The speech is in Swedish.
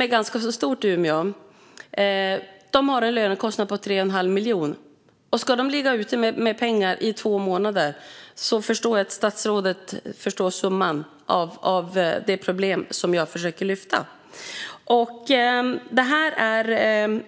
är ganska stort i Umeå, har en lönekostnad på 3 1⁄2 miljon. Ska detta företag ligga ute med pengar i två månader? Statsrådet förstår summan av det problem som jag försöker att lyfta fram.